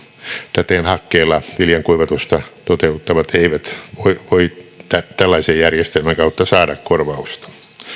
täten hakkeella viljankuivatusta toteuttavat eivät voi tällaisen järjestelmän kautta saada korvausta